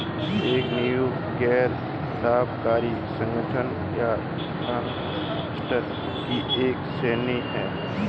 एक नींव गैर लाभकारी संगठन या धर्मार्थ ट्रस्ट की एक श्रेणी हैं